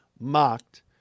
mocked